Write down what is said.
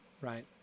right